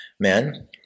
men